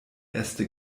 äste